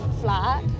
flat